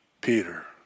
Peter